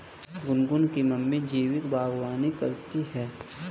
गुनगुन की मम्मी जैविक बागवानी करती है